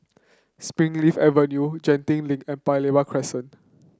Springleaf Avenue Genting Link and Paya Lebar Crescent